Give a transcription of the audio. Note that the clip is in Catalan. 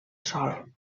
sol